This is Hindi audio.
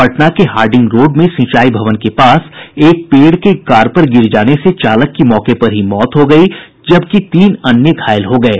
पटना के हार्डिंग रोड में सिंचाई भवन के पास एक पेड़ के कार पर गिर जाने से चालक की मौके पर ही मौत हो गयी जबकि तीन अन्य घायल हो गये